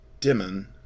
Dimon